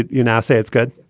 you now say it's good.